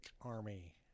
Army